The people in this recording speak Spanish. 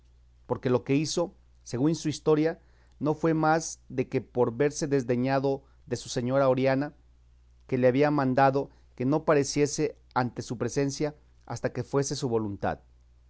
porque lo que hizo según su historia no fue más de que por verse desdeñado de su señora oriana que le había mandado que no pareciese ante su presencia hasta que fuese su voluntad